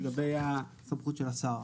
לגבי הסמכות של השר.